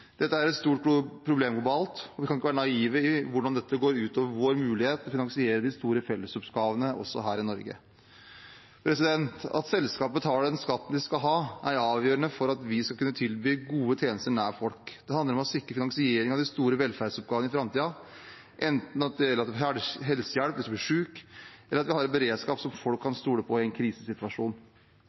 Dette er et stort problem globalt, og vi kan ikke være naive for hvordan dette går ut over vår mulighet til å finansiere de store fellesskapsoppgavene også her i Norge. At selskaper betaler den skatten de skal, er avgjørende for at vi skal kunne tilby gode tjenester nær folk. Det handler om å sikre finansiering av de store velferdsoppgavene i framtiden, enten det gjelder at man får helsehjelp hvis man blir syk, eller at vi har en beredskap som folk kan stole på i en krisesituasjon.